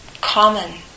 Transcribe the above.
common